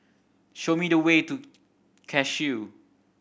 show me the way to Cashew